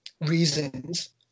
reasons